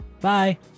Bye